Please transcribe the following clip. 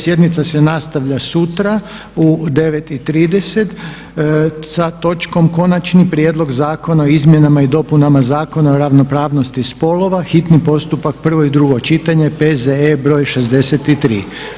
Sjednica se nastavlja sutra u 9,30 sa točkom Konačni prijedlog zakona o izmjenama i dopunama Zakona o ravnopravnosti spolova, hitni postupak, prvo i drugo čitanje, P.Z.E. br. 63.